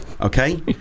okay